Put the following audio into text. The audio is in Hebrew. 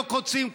זה לא קוצים.